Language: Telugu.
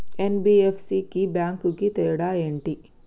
ఎన్.బి.ఎఫ్.సి కి బ్యాంక్ కి తేడా ఏంటి?